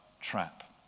trap